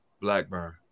Blackburn